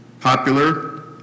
popular